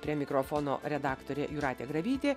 prie mikrofono redaktorė jūratė grabytė